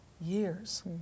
years